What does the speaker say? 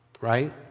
right